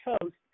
toast